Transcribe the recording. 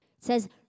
says